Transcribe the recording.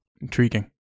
Intriguing